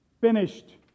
finished